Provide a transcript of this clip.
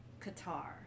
Qatar